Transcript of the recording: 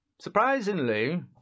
surprisingly